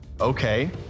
Okay